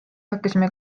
hakkasime